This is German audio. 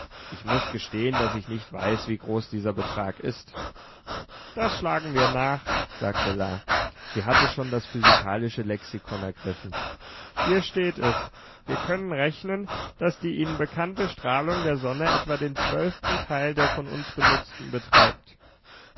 ich muß gestehen daß ich nicht weiß wie groß dieser betrag ist das schlagen wir nach sagte la sie hatte schon das physikalische lexikon ergriffen hier steht es wir können rechnen daß die ihnen bekannte strahlung der sonne etwa den zwölften teil der von uns benutzten beträgt